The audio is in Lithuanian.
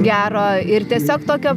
gero ir tiesiog tokio